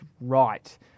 right